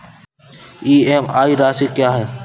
EMI राशि क्या है?